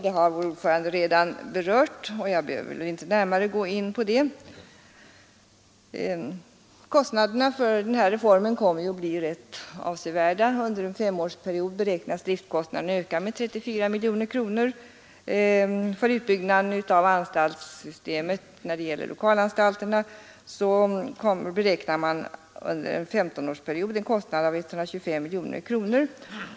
Detta har utskottets ordförande redan berört, och jag behöver inte närmare gå in på det. Kostnaderna för reformen kommer att bli rätt avsevärda. Under en femårsperiod beräknas driftkostnaderna öka med 34 miljoner kronor. För utbyggnaden av anstaltssystemet när det gäller lokalanstalterna beräknar man kostnaden under en 15-årsperiod till 125 miljoner kronor.